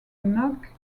knock